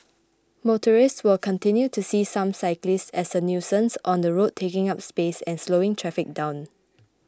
motorists will continue to see some cyclists as a nuisance on the road taking up space and slowing traffic down